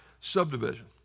subdivision